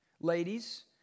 Ladies